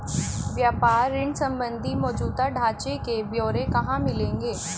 व्यापार ऋण संबंधी मौजूदा ढांचे के ब्यौरे कहाँ मिलेंगे?